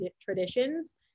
traditions